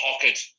pocket